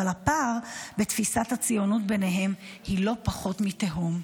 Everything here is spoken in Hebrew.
הפער בתפיסת הציונות ביניהם הוא לא פחות מתהום.